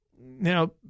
Now